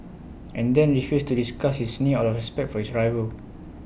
and then refused to discuss his knee out of respect for his rival